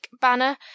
banner